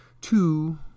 two